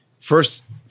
First